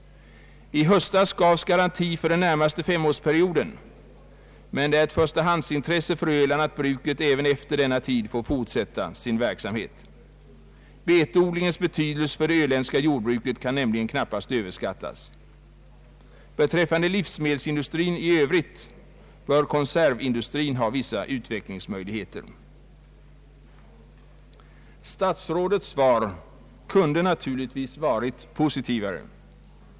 I höstas gavs garanti för den närmaste femårsperioden, men det är ett förstahandsintresse för Öland att bruket även efter denna tid får fortsätta sin verksamhet. Betodlingens betydelse för det öländska jordbruket kan nämligen knappast överskattas. Beträffande livsmedelsindustrin i övrigt bör konservindustrin ha vissa utvecklingsmöjligheter. Statsrådets svar kunde naturligtvis ha varit mer positivt.